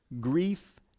Grief